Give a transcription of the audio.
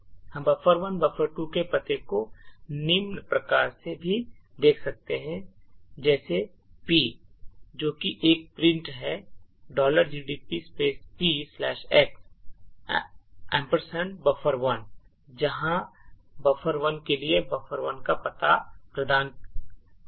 हम buffer1 और buffer2 के पते को निम्न प्रकार से भी देख सकते हैं जैसे पी जो कि एक प्रिंट है gdb p x buffer1 जहां और buffer1 के लिए buffer1 का पता प्रदान करेगा